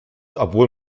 obwohl